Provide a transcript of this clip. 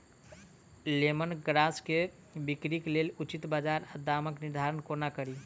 Lemon grass केँ बिक्रीक लेल उचित बजार आ दामक निर्धारण कोना कड़ी?